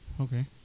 Okay